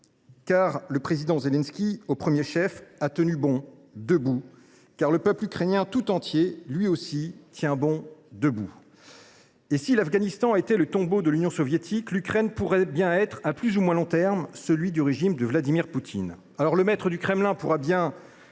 Car le président Zelensky, au premier chef, a tenu bon, tenu debout. Car le peuple ukrainien tout entier, lui aussi, tient bon, tient debout. Si l’Afghanistan a été le tombeau de l’Union soviétique, l’Ukraine pourrait bien être, à plus ou moins long terme, celui du régime de Vladimir Poutine.